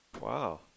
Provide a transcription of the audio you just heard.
Wow